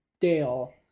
Dale